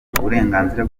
uburenganzira